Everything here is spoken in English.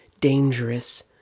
dangerous